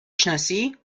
شناسی